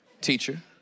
teacher